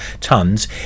tons